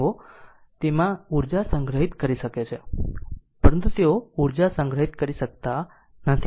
તેઓ તેમાં ઉર્જા સંગ્રહિત કરી શકે છે પરંતુ તેઓ ઉર્જા સંગ્રહિત કરી શકતા નથી